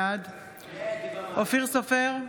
בעד אופיר סופר,